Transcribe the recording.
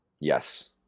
Yes